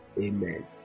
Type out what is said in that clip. amen